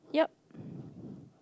yup